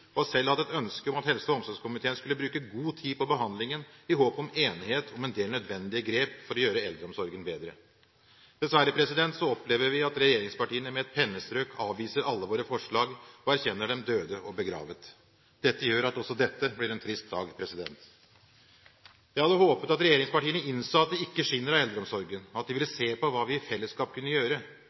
har selv hatt et ønske om at helse- og omsorgskomiteen skulle bruke god tid på behandlingen, i håp om enighet om en del nødvendige grep for å gjøre eldreomsorgen bedre. Dessverre opplever vi at regjeringspartiene med et pennestrøk avviser alle våre forslag og erklærer dem døde og begravde. Dette gjør at også dette blir en trist dag. Jeg hadde håpet at regjeringspartiene hadde innsett at det ikke skinner av eldreomsorgen, og at de ville se på hva vi i fellesskap kunne gjøre.